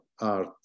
art